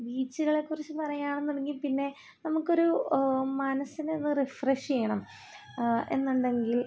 ബീച്ചുകളെ കുറിച്ച് പറയാണെന്നുണ്ടെങ്കിൽ പിന്നെ നമുക്കൊരു മനസ്സിനെ ഒന്ന് റിഫ്രഷ് ചെയ്യണം എന്നുണ്ടെങ്കിൽ